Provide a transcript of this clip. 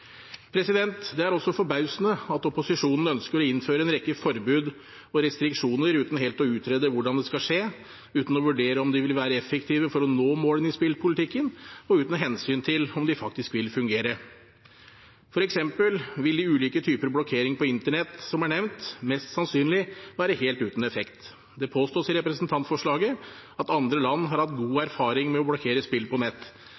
Det er også forbausende at opposisjonen ønsker å innføre en rekke forbud og restriksjoner uten helt å utrede hvordan det skal skje, uten å vurdere om de vil være effektive for å nå målene i spillpolitikken, og uten hensyn til om de faktisk vil fungere. For eksempel vil de ulike typer blokkering på internett som er nevnt, mest sannsynlig være helt uten effekt. Det påstås i representantforslaget at andre land har hatt god erfaring med å blokkere spill på nett.